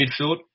midfield